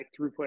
throughput